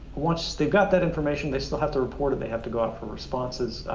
once they got that information, they still have to report it, they have to go out for responses,